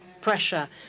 pressure